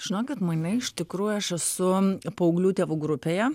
žinokit mane iš tikrųjų aš esu paauglių tėvų grupėje